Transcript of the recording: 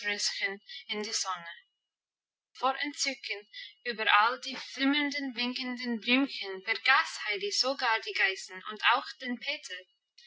in der sonne vor entzücken über all die flimmernden winkenden blümchen vergaß heidi sogar die geißen und auch den peter